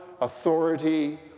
authority